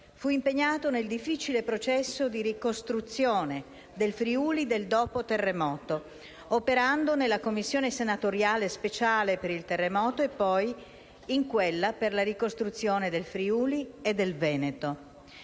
fu impegnato nel difficile processo di ricostruzione del Friuli del dopo terremoto, operando nella Commissione senatoriale speciale per il terremoto e poi in quella per la ricostruzione del Friuli e del Veneto.